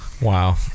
Wow